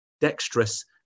dexterous